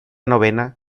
novena